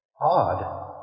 Odd